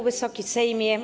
Wysoki Sejmie!